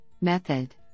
method